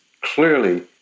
clearly